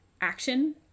action